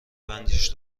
بندیش